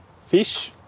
fish